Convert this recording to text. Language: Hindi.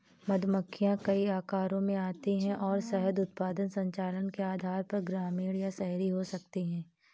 मधुमक्खियां कई आकारों में आती हैं और शहद उत्पादन संचालन के आधार पर ग्रामीण या शहरी हो सकती हैं